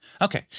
Okay